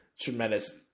tremendous